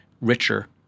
richer